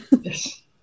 Yes